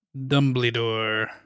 Dumbledore